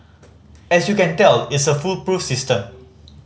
as you can tell it's a foolproof system